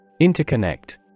Interconnect